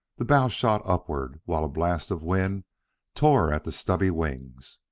the bow shot upward while a blast of wind tore at the stubby wings.